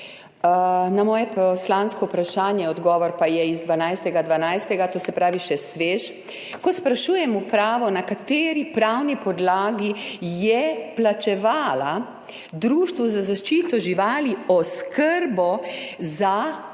na moje poslansko vprašanje, odgovor pa je z 12. 12., to se pravi še svež, ko sprašujem upravo, na kateri pravni podlagi je plačevala društvu za zaščito živali oskrbo za odvzete